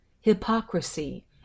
hypocrisy